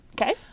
Okay